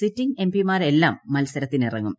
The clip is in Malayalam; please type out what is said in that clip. സിറ്റിംഗ് എംപി മാരെല്ലാം മൽസരത്തിനിറങ്ങും